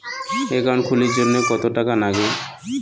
Account খুলির জন্যে কত টাকা নাগে?